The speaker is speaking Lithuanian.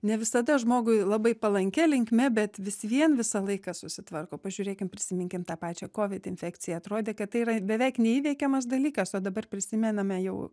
ne visada žmogui labai palankia linkme bet vis vien visą laiką susitvarko pažiūrėkim prisiminkim tą pačią kovid infekciją atrodė kad tai yra beveik neįveikiamas dalykas o dabar prisimename jau